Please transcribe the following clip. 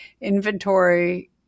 Inventory